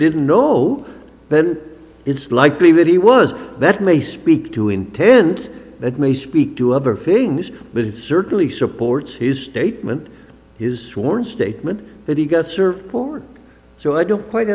didn't know then it's likely that it was that may speak to intent that may speak to other feelings but it certainly supports his statement his sworn statement that he got served for so i don't quite